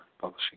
publishing